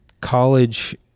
college